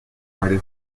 varie